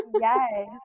Yes